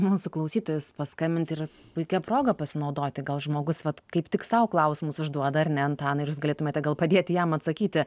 mūsų klausytojus paskambinti ir puikia proga pasinaudoti gal žmogus vat kaip tik sau klausimus užduoda ar ne antanai ir jūs galėtumėte gal padėti jam atsakyti